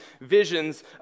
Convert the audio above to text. visions